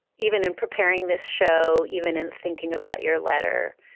even in preparing this show, even in thinking about your letter,